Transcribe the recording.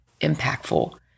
impactful